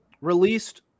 released